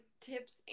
tips